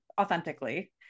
authentically